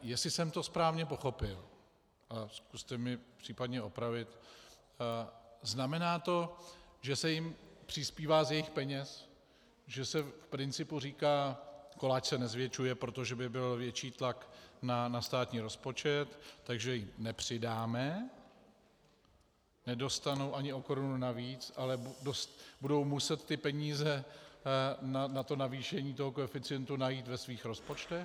Jestli jsem to správně pochopil, zkuste mě případně opravit, znamená to, že se jim přispívá z jejich peněz, že se v principu říká: koláč se nezvětšuje, protože by byl větší tlak na státní rozpočet, takže jim nepřidáme, nedostanou ani o korunu navíc, ale budou muset peníze na to navýšení toho koeficientu najít ve svých rozpočtech?